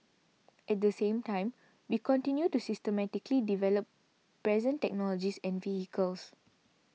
at the same time we continue to systematically develop present technologies and vehicles